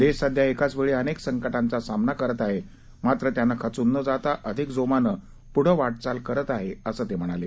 देश सध्या एकाच वेळी अनेक संकटांचा सामना करत आहे मात्र त्यानं खचून न जाता अधिक जोमानं पुढं वाटचाल करत आहे असं ते म्हणाले